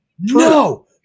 No